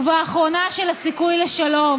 ובאחרונה של הסיכוי לשלום"